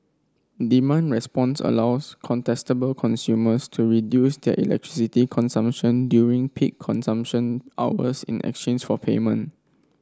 demand response allows contestable consumers to reduce their electricity consumption during peak consumption hours in exchange for payment